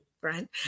Brian